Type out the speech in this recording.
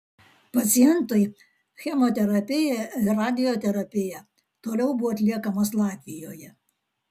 pacientui chemoterapija ir radioterapija toliau buvo atliekamos latvijoje